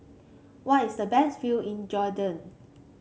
what is the best view in Jordan